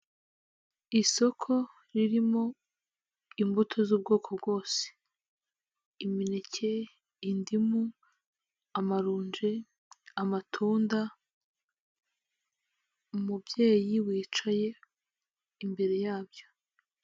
Isoko ririmo imbuto z'ubwoko bwose, imineke, indimu, amarunji, amatunda, umubyeyi wicaye imbere yabyo.